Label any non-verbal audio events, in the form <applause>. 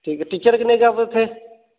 ਠੀਕ ਹੈ ਟੀਚਰ ਕਿੰਨੇ ਕੁ ਆ <unintelligible> ਇੱਥੇ